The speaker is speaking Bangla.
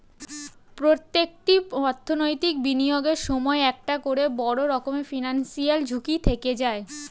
প্রত্যেকটি অর্থনৈতিক বিনিয়োগের সময়ই একটা করে বড় রকমের ফিনান্সিয়াল ঝুঁকি থেকে যায়